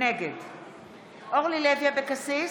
נגד אורלי לוי אבקסיס,